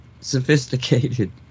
sophisticated